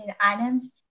items